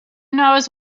knows